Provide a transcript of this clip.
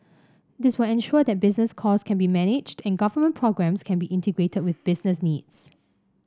this will ensure that business costs can be managed and government programmes can be integrated with business needs